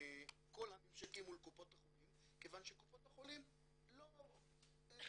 כל הממשקים מול קופות החולים כיוון שקופות החולים לא הסכימו.